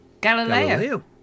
Galileo